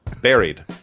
buried